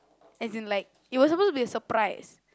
as in like it was suppose to be a surprise